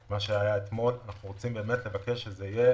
אנחנו רוצים לבקש שזה יהיה